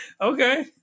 okay